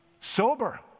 Sober